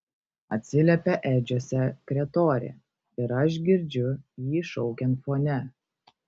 atsiliepia edžio sekretorė ir aš girdžiu jį šaukiant fone